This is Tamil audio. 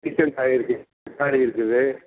சீசன் காய்கறி எல்லா காய்கறியும் இருக்குது